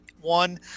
one